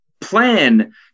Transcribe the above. plan